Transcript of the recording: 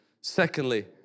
secondly